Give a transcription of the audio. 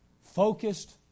focused